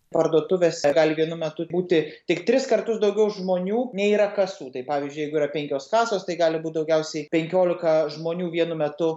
parduotuvėse gali vienu metu būti tik tris kartus daugiau žmonių nei yra kasų taip pavyzdžiui jeigu yra penkios kasos tai gali būt daugiausiai penkiolika žmonių vienu metu